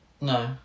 No